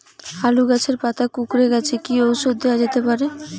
আলু গাছের পাতা কুকরে গেছে কি ঔষধ দেওয়া যেতে পারে?